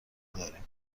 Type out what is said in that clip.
داریم